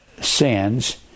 sins